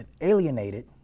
alienated